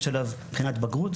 יש עליו בחינת בגרות,